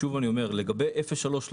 אבל שוב אני אומר: לגבי 03-13,